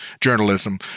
journalism